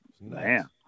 Man